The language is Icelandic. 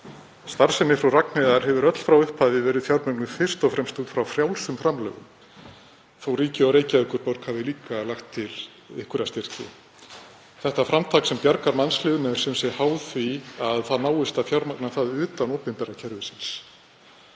Starfsemi Frú Ragnheiðar hefur öll frá upphafi verið fjármögnuð fyrst og fremst með frjálsum framlögum, þótt ríki og Reykjavíkurborg hafi líka lagt til einhverja styrki. Þetta framtak sem bjargar mannslífum er sem sé háð því að það náist að fjármagna það utan opinbera kerfisins.